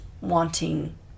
wanting